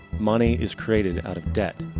money is created out of debt.